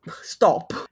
stop